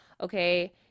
Okay